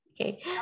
Okay